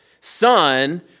son